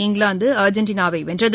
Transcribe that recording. England அர்ஜென்டினாவைவென்றது